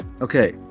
Okay